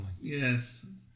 Yes